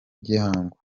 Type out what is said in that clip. gihango